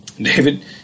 David